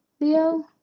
Leo